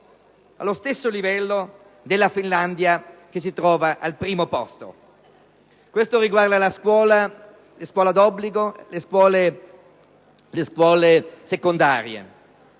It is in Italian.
allo stesso livello della Finlandia che si trova al primo posto. Questo risultato riguarda la scuola dell'obbligo e le scuole secondarie,